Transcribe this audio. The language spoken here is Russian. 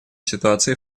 ситуации